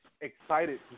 excited